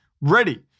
ready